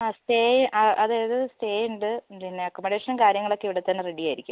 ആ സ്റ്റേ അതായത് സ്റ്റേ ഉണ്ട് പിന്നെ അക്കോമഡേഷനും കാര്യങ്ങളൊക്കെ ഇവിടത്തന്നെ റെഡി ആയിരിക്കും